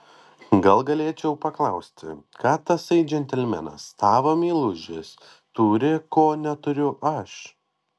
gal galėčiau paklausti ką tasai džentelmenas tavo meilužis turi ko neturiu aš